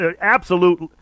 absolute